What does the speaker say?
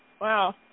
wow